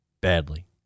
badly